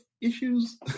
issues